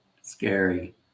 scary